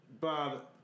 Bob